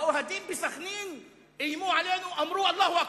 האוהדים בסח'נין איימו עלינו, אמרו "אללה אכבר".